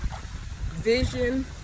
vision